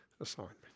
assignment